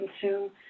consume